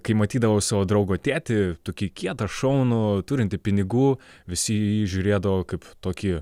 kai matydavau savo draugo tėtį tokį kietą šaunų turintį pinigų visi į jį žiūrėdavo kaip į tokį